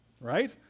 right